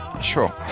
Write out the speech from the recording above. Sure